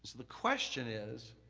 so the question is,